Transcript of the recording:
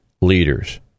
leaders